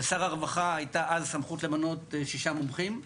לשר הרווחה הייתה אז סמכות למנות ששה מומחים,